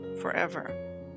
forever